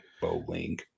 Bowling